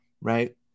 Right